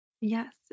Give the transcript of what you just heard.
Yes